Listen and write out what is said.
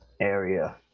area